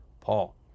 Paul